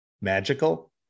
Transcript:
magical